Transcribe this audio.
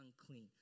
unclean